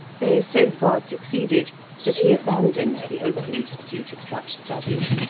they so far succeeded that he abandoned the open pursuit of such studies,